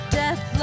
death